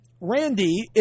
Randy